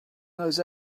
those